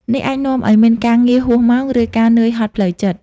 នេះអាចនាំឱ្យមានការងារហួសម៉ោង ឬការនឿយហត់ផ្លូវចិត្ត។